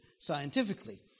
scientifically